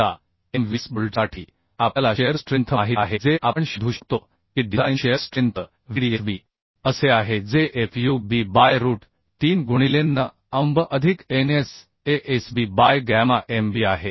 आता m 20 बोल्टसाठी आपल्याला शिअर स्ट्रेंथ माहित आहे जे आपण शोधू शकतो की डिझाइन शिअर स्ट्रेंथ Vdsb असे आहे जे Fu b बाय रूट 3 गुणिले NN Anb अधिक NSASB बाय गॅमा Mb आहे